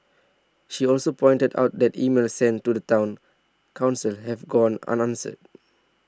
she also pointed out that emails sent to the Town Council have gone unanswered